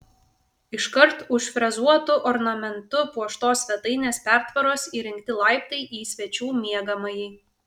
iškart už frezuotu ornamentu puoštos svetainės pertvaros įrengti laiptai į svečių miegamąjį